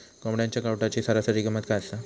कोंबड्यांच्या कावटाची सरासरी किंमत काय असा?